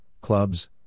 clubs